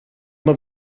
uma